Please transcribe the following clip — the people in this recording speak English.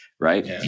Right